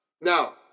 Now